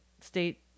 state